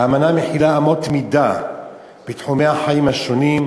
האמנה מחילה אמות מידה בתחומי החיים השונים: